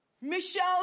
Michelle